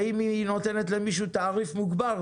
ואם היא נותנת למישהו תעריף מוגבר,